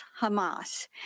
Hamas